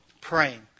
praying